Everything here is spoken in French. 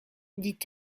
dit